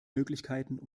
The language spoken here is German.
möglichkeiten